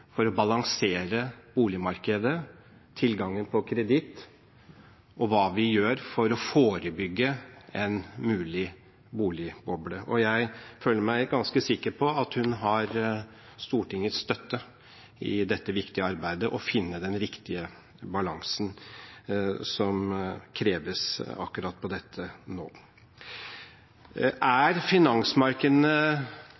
for å balansere boligmarkedet, tilgangen på kreditt og hva vi gjør for å forebygge en mulig boligboble. Jeg føler meg ganske sikker på at hun har Stortingets støtte i det viktige arbeidet med å finne den riktige balansen som kreves akkurat på dette nå. Er finansmarkedene